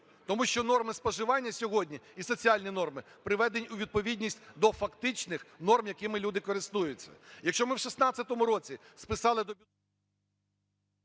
тому що норми споживання сьогодні і соціальні норми приведені у відповідність до фактичних норм, якими люди користуються.